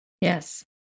Yes